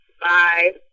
Bye